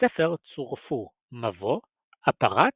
ולספר צורפו מבוא, אפראט,